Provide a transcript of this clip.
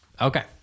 Okay